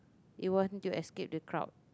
you want to escape the crowd